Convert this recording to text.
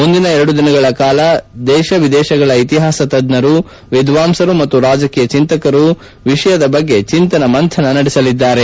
ಮುಂದಿನ ಎರಡು ದಿನಗಳ ಕಾಲ ದೇಶ ವಿದೇಶಗಳ ಇತಿಹಾಸ ತಜ್ಞರು ವಿದ್ವಾಂಸರು ಮತ್ತು ರಾಜಕೀಯ ಚಿಂತಕರು ವಿಷಯದ ಬಗ್ಗೆ ಚಿಂತನ ಮಂಥನ ನಡೆಸಲಿದ್ದಾರೆ